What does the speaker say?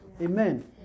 amen